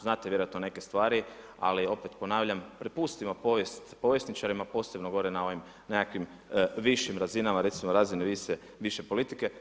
Znate vjerojatno neke stvari, ali opet ponavljam prepustimo povijest povjesničarima posebno gore na ovim nekakvim višim razinama recimo razine više politike.